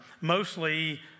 Mostly